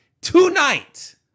tonight